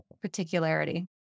particularity